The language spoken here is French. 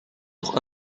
pour